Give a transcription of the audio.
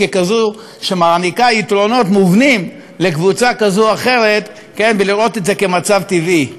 ככזו שנותנת יתרונות מובנים לקבוצה כזו או אחרת ולראות את זה כמצב טבעי.